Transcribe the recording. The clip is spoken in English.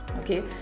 Okay